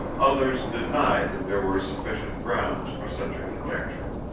others denied that there were sufficient grounds for such a conjecture.